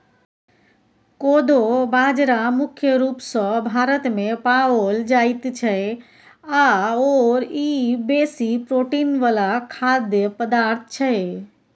कोदो बाजरा मुख्य रूप सँ भारतमे पाओल जाइत छै आओर ई बेसी प्रोटीन वला खाद्य पदार्थ छै